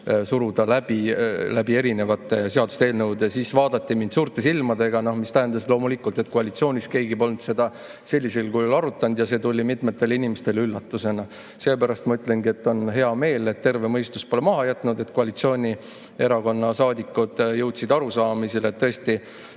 läbi erinevate seaduseelnõude kaudu. Siis vaadati mind suurte silmadega. See tähendas loomulikult, et koalitsioonis keegi polnud seda sellisel kujul arutanud ja see tuli mitmetele inimestele üllatusena. Seepärast ma ütlengi, et on hea meel, et terve mõistus pole [meid] maha jätnud ning koalitsioonierakonna saadikud jõudsid arusaamisele, et tõesti